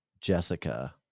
jessica